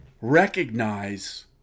recognize